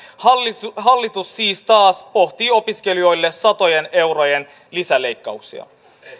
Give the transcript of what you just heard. hallitus siis taas pohtii opiskelijoille satojen eurojen lisäleikkauksia